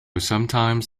sometimes